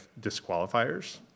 disqualifiers